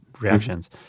reactions